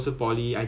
weird lah